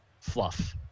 fluff